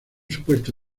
supuesto